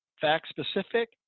fact-specific